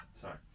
Sorry